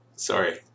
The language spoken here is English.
Sorry